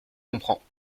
comprends